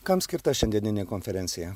kam skirta šiandieninė konferencija